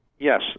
Yes